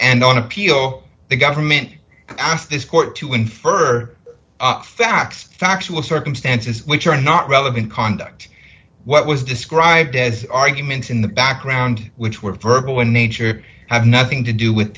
and on appeal the government asked this court to infer facts factual circumstances which are not relevant conduct what was described as arguments in the background which were verbal in nature have nothing to do with